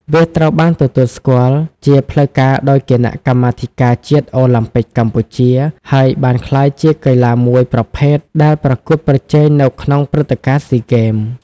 វាត្រូវបានទទួលស្គាល់ជាផ្លូវការដោយគណៈកម្មាធិការជាតិអូឡាំពិកកម្ពុជា ហើយបានក្លាយជាកីឡាមួយប្រភេទដែលប្រកួតប្រជែងនៅក្នុងព្រឹត្តិការណ៍ស៊ីហ្គេម។